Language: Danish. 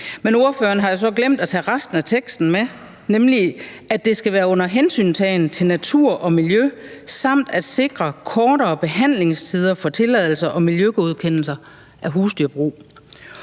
har jo så glemt at tage resten af teksten med, nemlig at det skal være under hensyntagen til natur og miljø samt sikre kortere behandlingstider for tilladelser og miljøgodkendelser af husdyrbrug.